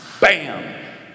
Bam